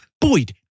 Boyd